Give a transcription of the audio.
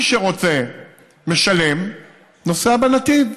מי שרוצה משלם ונוסע בנתיב,